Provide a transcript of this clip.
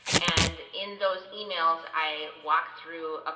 and in those emails i walk through, ah